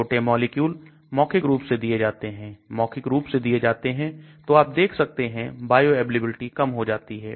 छोटे मॉलिक्यूल मौखिक रूप से दिए जाते हैं मौखिक रूप से दिए जाते हैं तो आप देख सकते हैं बायोअवेलेबिलिटी कम हो जाती है